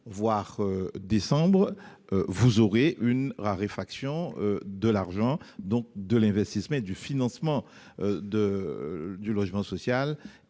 il en découlera une raréfaction de l'argent, donc de l'investissement et du financement du logement social